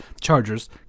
Chargers